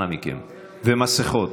אנא מכם, ומסיכות.